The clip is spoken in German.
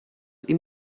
ihm